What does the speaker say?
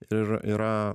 ir yra